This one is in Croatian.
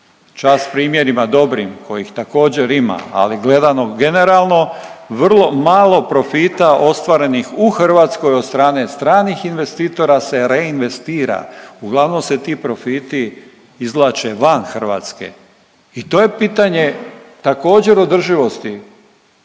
Čast primjerima dobrim kojih također ima, ali gledamo generalno vrlo malo profita ostvarenih u Hrvatskoj od strane stranih investitora se reinvestira, uglavnom se ti profiti izvlače van Hrvatske i to je pitanje također održivosti